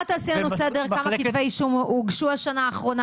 סדר כמה כתבי אישום הוגשו בשנה האחרונה,